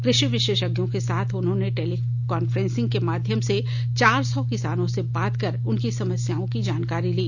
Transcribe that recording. कृषि विशेषज्ञों के साथ उन्होंने टेलीकांफ्रेंसिंग के माध्यम से चार सौ किसानों से बात कर उनकी समस्याओं की जानकारी ली